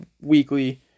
weekly